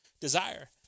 desire